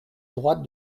droite